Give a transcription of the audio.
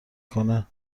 کنه